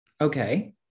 Okay